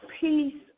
peace